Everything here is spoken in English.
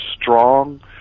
strong